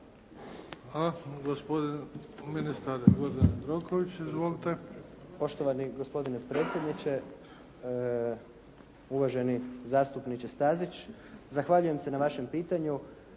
Hvala. Gospodin ministar Gordan Jandroković. **Jandroković, Gordan (HDZ)** Poštovani gospodine predsjedniče. Uvaženi zastupniče Stazić, zahvaljujem se na vašem pitanju.